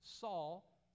Saul